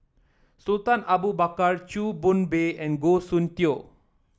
Sultan Abu Bakar Chew Boon Bay and Goh Soon Tioe